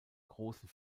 großen